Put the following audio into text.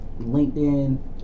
LinkedIn